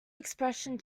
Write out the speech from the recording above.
expression